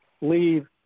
leave